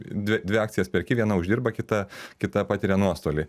dvi dvi akcijas perki viena uždirba kita kita patiria nuostolį